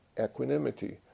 equanimity